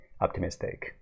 optimistic